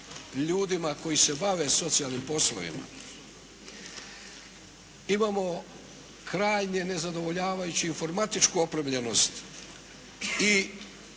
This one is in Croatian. ljudima koji se bave socijalnim poslovima. Imamo krajnje nezadovoljavajuću informatičku opremljenost i